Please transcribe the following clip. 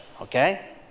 okay